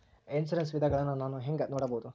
Insurance ವಿಧಗಳನ್ನ ನಾನು ಹೆಂಗ ನೋಡಬಹುದು?